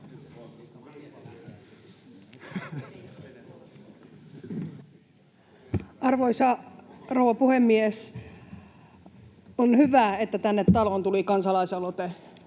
Arvoisa rouva puhemies! On hyvä, että tänne taloon tuli kansalaisaloite